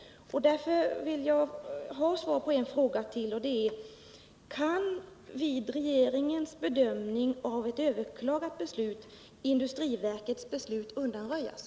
Jag skulle därför vilja ha svar på ytterligare en fråga: Kan vid regeringens bedömning av ett överklagat beslut industriverkets beslut undanröjas?